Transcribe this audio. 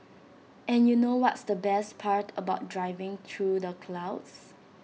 and you know what's the best part about driving through the clouds